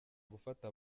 gufata